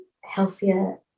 healthier